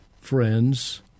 friends